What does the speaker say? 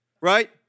Right